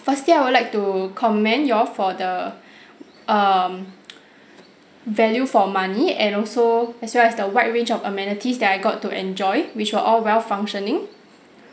firstly I would like to commend y'all for the um value for money and also as well as the wide range of amenities that I got to enjoy which were all well functioning